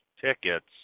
tickets